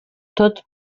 tot